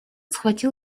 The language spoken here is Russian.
схватил